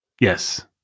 Yes